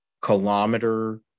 Kilometer